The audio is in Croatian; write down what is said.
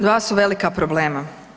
Dva su velika problema.